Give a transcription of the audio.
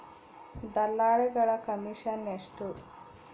ದಲ್ಲಾಳಿಗಳ ಕಮಿಷನ್ ಎಷ್ಟು?